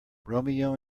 romeo